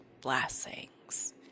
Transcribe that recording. blessings